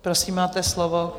Prosím, máte slovo.